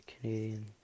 Canadian